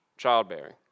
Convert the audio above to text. Childbearing